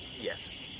yes